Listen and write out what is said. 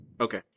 Okay